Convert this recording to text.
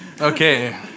Okay